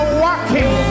walking